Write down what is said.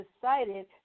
decided